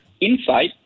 inside